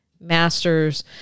master's